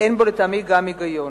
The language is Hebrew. גם היגיון.